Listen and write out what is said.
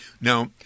Now